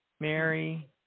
Mary